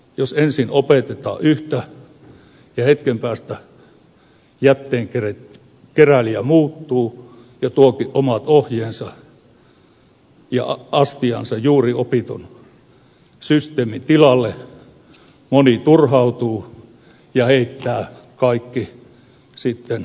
jos ensin opetetaan yhtä ja hetken päästä jätteenkeräilijä muuttuu ja tuokin omat ohjeensa ja astiansa juuri opitun systeemin tilalle moni turhautuu ja heittää sitten kaikki sekajätteeseen